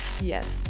Yes